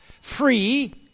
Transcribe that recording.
free